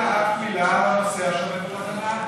לא הייתה אף מילה על הנוסע שעומד בתחנה,